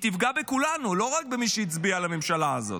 תפגע בכולנו, לא רק במי שהצביע לממשלה הזאת.